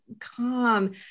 calm